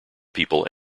people